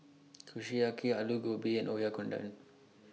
Kushiyaki Alu Gobi and Oyakodon